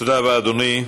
תודה רבה, אדוני.